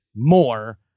more